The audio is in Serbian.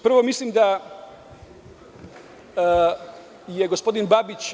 Prvo, mislim da je gospodin Babić